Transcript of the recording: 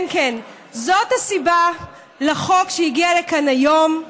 כן, כן, זאת הסיבה לחוק שהגיע לכאן היום,